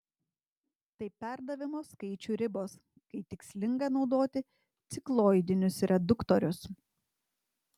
tai perdavimo skaičių ribos kai tikslinga naudoti cikloidinius reduktorius